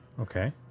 Okay